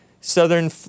southern